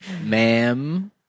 Ma'am